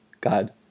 God